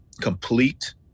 complete